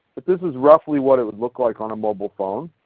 but this is roughly what it would look like on a mobile phone.